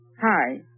Hi